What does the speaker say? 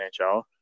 NHL